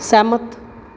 ਸਹਿਮਤ